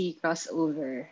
crossover